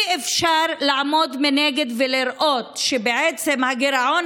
אי-אפשר לעמוד מנגד ולראות שבעצם הגירעון